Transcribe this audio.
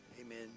Amen